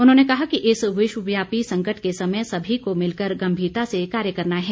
उन्होंने कहा कि इस विश्वव्यापी संकट के समय सभी को मिलकर गम्मीरता से कार्य करना है